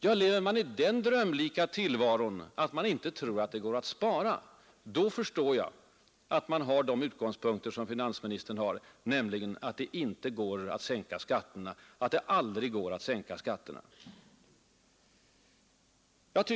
Ja, lever man i den drömlika tillvaron att man inte tror att det går att spara, då förstår jag att man har de utgångspunkter som finansministern har, nämligen att det aldrig går att sänka skatterna.